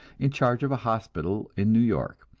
in charge of a hospital in new york,